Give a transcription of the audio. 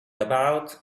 about